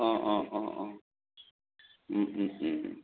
অঁ অঁ অঁ অঁ